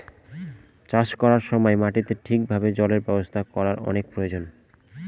চাষ করার সময় মাটিতে ঠিক ভাবে জলের ব্যবস্থা করার অনেক প্রয়োজন